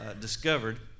discovered